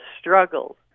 struggles